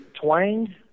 twang